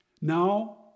Now